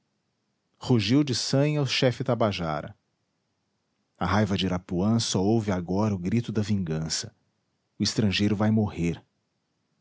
rugiu de sanha o chefe tabajara a raiva de irapuã só ouve agora o grito da vingança o estrangeiro vai morrer